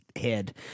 head